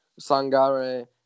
Sangare